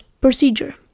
procedure